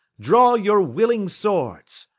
draw your willing swords.